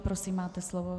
Prosím, máte slovo.